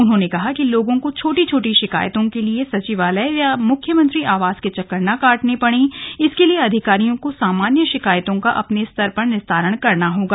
उन्होंने कहा कि लोगों को छोटी छोटी शिकायतों के लिए सचिवालय या मुख्यमंत्री आवास के चक्कर न काटने पड़ें इसके लिए अधिकारियों को समान्य शिकायतों का अपने स्तर पर निस्तारण करना होगा